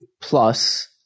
Plus